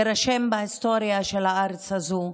יירשם בהיסטוריה של הארץ הזו.